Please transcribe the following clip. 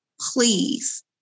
please